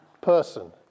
person